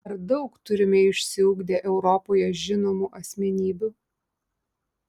ar daug turime išsiugdę europoje žinomų asmenybių